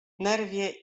nerwie